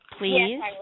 please